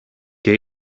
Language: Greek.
και